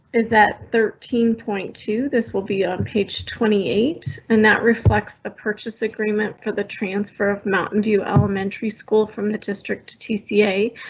is that thirteen point two? this will be on page twenty eight and that reflects the purchase agreement for the transfer of mountain view elementary school from the district tissier.